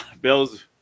Bill's